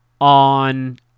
on